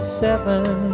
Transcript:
seven